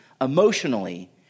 emotionally